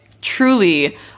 truly